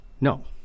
No